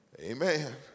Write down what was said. Amen